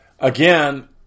Again